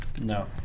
No